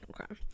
okay